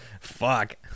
Fuck